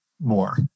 more